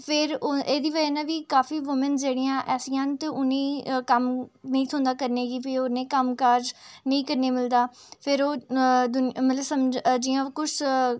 फिर एह्दी बजह् नै बी काफी वूमेंस जेह्ड़ियां ऐसियां न ते उ'नें कम्म नेईं थ्होंदा करने गी फ्ही उ'नें गी कम्म काज़ नेईं करने मिलदा फिर ओह् मतलब समझ जि'यां कुछ